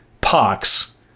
pox